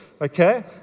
Okay